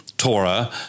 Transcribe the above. Torah